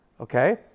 Okay